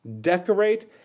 decorate